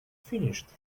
finished